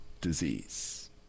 disease